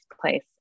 place